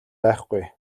байхгүй